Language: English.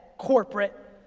corporate,